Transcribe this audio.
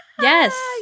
Yes